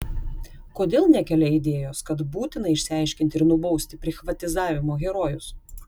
kodėl nekelia idėjos kad būtina išsiaiškinti ir nubausti prichvatizavimo herojus